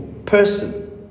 person